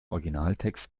originaltext